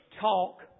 Talk